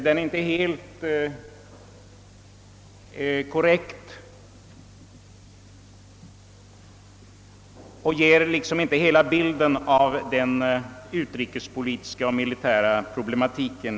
Detta är inte helt korrekt och ger enligt min mening inte en fullständig bild av den utrikespolitiska och militära problematiken.